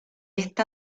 esta